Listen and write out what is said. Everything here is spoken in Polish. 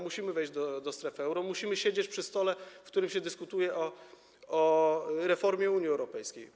Musimy wejść do strefy euro, musimy siedzieć przy stole, przy którym się dyskutuje o reformie Unii Europejskiej.